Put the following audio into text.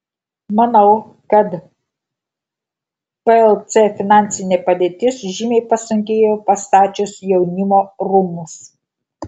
manau kad plc finansinė padėtis žymiai pasunkėjo pastačius jaunimo rūmus